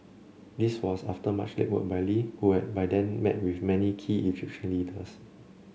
this was after much legwork by Lee who had by then met with many key Egyptian leaders